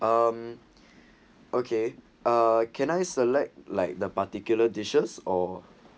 mm okay ah can I select like the particular dishes or